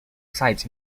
sites